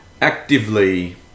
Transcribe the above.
actively